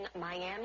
Miami